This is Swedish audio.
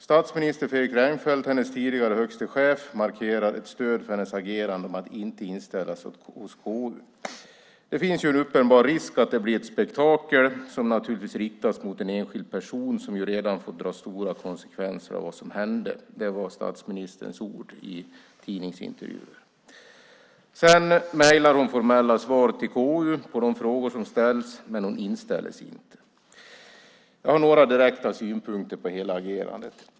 Statsminister Fredrik Reinfeldt, hennes tidigare högste chef, markerar ett stöd för hennes agerande att inte inställa sig hos KU: "Det finns en uppenbar risk att det blir ett spektakel, som naturligtvis riktas mot en enskild person som ju redan fått dra stora konsekvenser av vad som hände." Det var statsministerns ord i tidningsintervjun. Hon mejlar det formella svaret till KU på de frågor som ställts, men hon inställer sig inte. Jag har några direkta synpunkter på hela agerandet.